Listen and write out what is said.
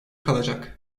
kalacak